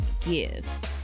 give